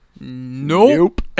nope